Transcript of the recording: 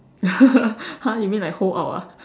!huh! you mean like hold up ah